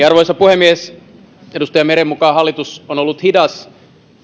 arvoisa puhemies edustaja meren mukaan hallitus on ollut hidas